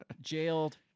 jailed